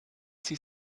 sie